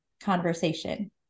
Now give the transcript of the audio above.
conversation